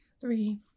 three